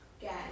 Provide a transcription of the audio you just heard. get